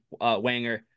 Wanger